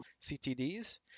ctds